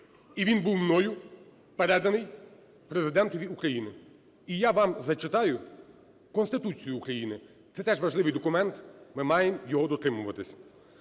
І він був мною переданий Президентові України. І я вам зачитаю Конституцію України, це теж важливий документ, ми маємо його дотримуватися.